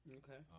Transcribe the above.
okay